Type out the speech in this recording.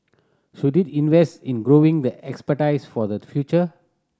should it invest in growing the expertise for the future